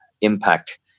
impact